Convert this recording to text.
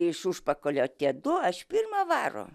iš užpakalio tie du aš pirma varo